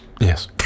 Yes